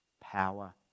power